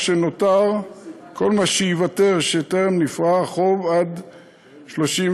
כל מה שייוותר בטרם נפרע החוב עד 31